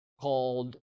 called